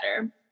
better